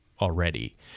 already